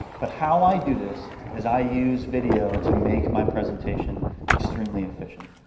but how i do this is i use videos to make my presentation extremely efficient.